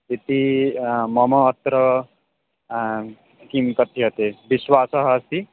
इति मम अत्र किं कथ्यते विश्वासः अस्ति